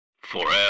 forever